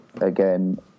again